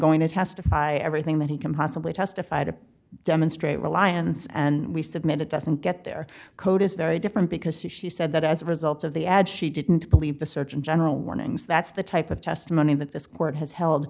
going to testify everything that he can possibly testify to demonstrate reliance and we submit it doesn't get their code is very different because he she said that as a result of the ad she didn't believe the surgeon general warnings that's the type of testimony that this court has held